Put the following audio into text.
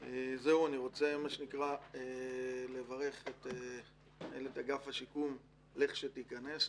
אני רוצה לברך את מנהלת אגף השיקום הנכנסת,